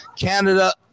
Canada